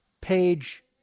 page